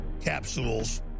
capsules